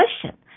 question